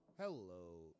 Hello